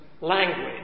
language